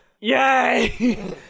Yay